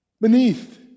beneath